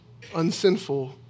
unsinful